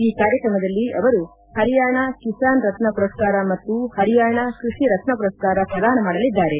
ಈ ಕಾರ್ಯಕ್ರಮದಲ್ಲಿ ಅವರು ಹರಿಯಾಣ ಕಿಸಾನ್ ರತ್ನ ಪುರಸ್ನಾರ ಮತ್ತು ಹರಿಯಾಣ ಕೃಷಿ ರತ್ನ ಪುರಸ್ತಾರ ಪ್ರದಾನ ಮಾಡಲಿದ್ದಾರೆ